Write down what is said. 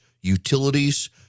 utilities